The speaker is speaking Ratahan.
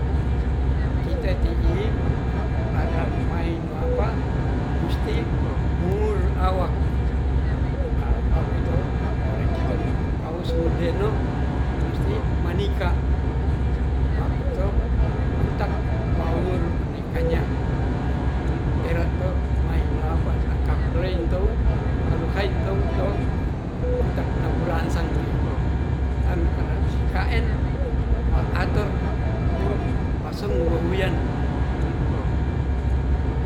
Kite ti'i ara main nusti nur awak makute ore kite mangakaus unde'no musti manikah makuto utak maur ndikanya, tera to main lapa nakahu glein to kalu hain to-to utak naura sangke tan are sikaen maatur wuu pasungguhuan.